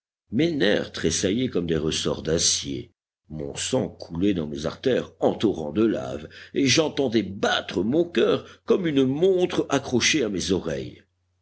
mes nerfs tressaillaient comme des ressorts d'acier mon sang coulait dans mes artères en torrent de lave et j'entendais battre mon cœur comme une montre accrochée à mes oreilles